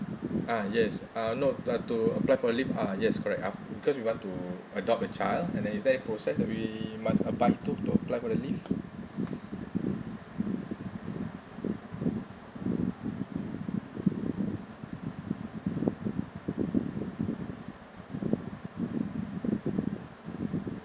uh yes uh no uh to apply for leave uh yes correct af~ because we want to adopt a child and then is there any process we must abide to to apply for the leave